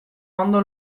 ondo